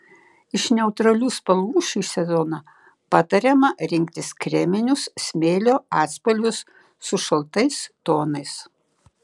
iš neutralių spalvų šį sezoną patariama rinktis kreminius smėlio atspalvius su šaltais tonais